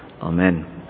Amen